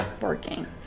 working